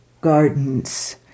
gardens